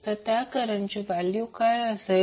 तर त्या करंटची व्हॅल्यू काय असेल